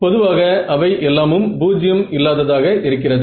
பொதுவாக அவை எல்லாமும் பூஜ்ஜியம் இல்லாததாக இருக்கிறது